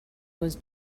was